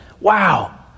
Wow